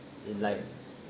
in like